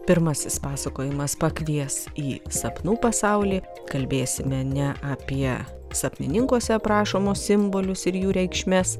pirmasis pasakojimas pakvies į sapnų pasaulį kalbėsime ne apie sapnininkuose aprašomus simbolius ir jų reikšmes